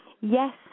yes